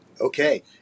Okay